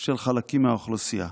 של חלקים מהאוכלוסייה.